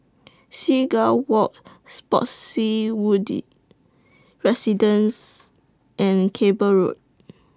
Seagull Walk Spottiswoode Residences and Cable Road